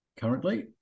currently